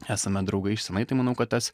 esame draugai iš senai tai manau kad tas